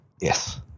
Yes